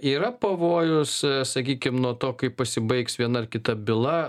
yra pavojus sakykim nuo to kaip pasibaigs viena ar kita byla